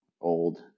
old